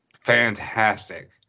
fantastic